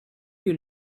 you